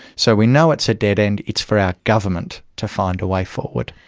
so we know it's a dead end, it's for our government to find a way forward.